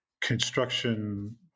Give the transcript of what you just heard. construction